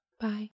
Bye